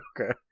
Okay